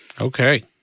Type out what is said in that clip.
Okay